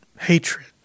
hatred